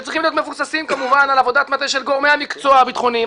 שצריכים להיות מבוססים כמובן על עבודת מטה של גורמי המקצוע הביטחוניים,